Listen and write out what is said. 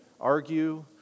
argue